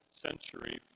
century